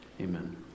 amen